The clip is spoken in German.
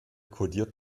kodiert